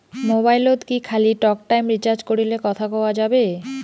মোবাইলত কি খালি টকটাইম রিচার্জ করিলে কথা কয়া যাবে?